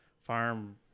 farm